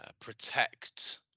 protect